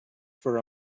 for